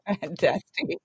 fantastic